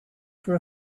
for